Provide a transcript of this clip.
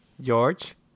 George